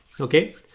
Okay